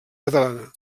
catalana